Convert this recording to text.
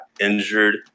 injured